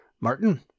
Martin